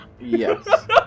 Yes